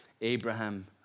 Abraham